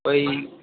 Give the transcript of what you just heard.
ওই